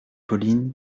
pauline